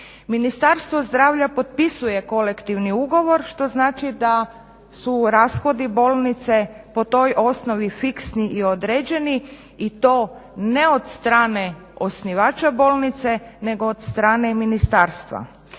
Ministarstvo zdravlja potpisuje kolektivni ugovor što znači da su rashodi bolnice po toj osnovi fiksni i određeni i to ne od strane osnivača bolnice nego od strane ministarstva.